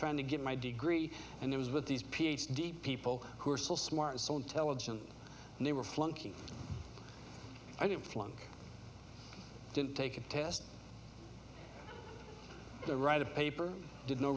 trying to get my degree and it was with these ph d people who are so smart so intelligent and they were flunking i didn't flunk didn't take a test to write a paper did no